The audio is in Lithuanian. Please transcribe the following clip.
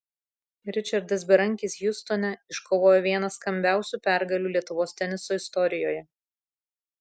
ričardas berankis hjustone iškovojo vieną skambiausių pergalių lietuvos teniso istorijoje